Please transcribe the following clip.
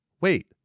wait